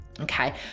Okay